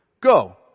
go